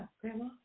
Grandma